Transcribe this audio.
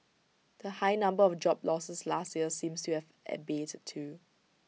the high number of job losses last year seems to have abated too